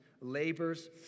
labors